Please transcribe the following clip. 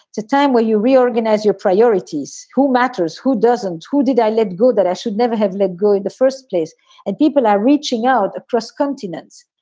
it's a time where you reorganize your priorities. who matters? who doesn't? who did i let go that i should never have let go in the first place and people are reaching out across continents.